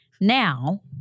now